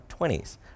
20s